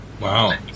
Wow